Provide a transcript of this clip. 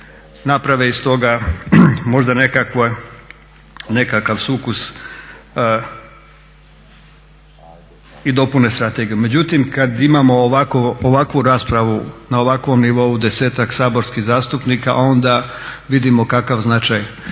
naprave iz toga možda nekakav sukus i dopune strategiju. Međutim, kada imamo ovakvu raspravu na ovakvom nivou 10-ak saborskih zastupnika onda vidimo kakav značaj